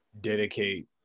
dedicate